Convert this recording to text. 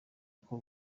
uko